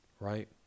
right